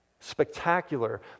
spectacular